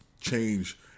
change